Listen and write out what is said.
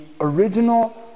original